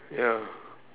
ya